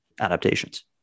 adaptations